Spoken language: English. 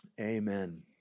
Amen